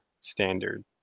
standard